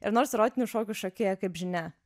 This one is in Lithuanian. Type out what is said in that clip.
ir nors erotinių šokių šokėja kaip žinia